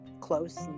close